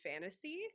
fantasy